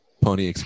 Pony